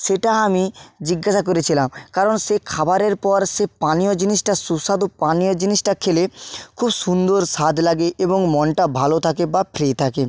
সেটা আমি জিজ্ঞাসা করেছিলাম কারণ সে খাবারের পর সে পানীয় জিনিসটা সুস্বাদু পানীয় জিনিসটা খেলে খুব সুন্দর স্বাদ লাগে এবং মনটা ভালো থাকে বা ফ্রি থাকে